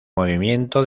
movimiento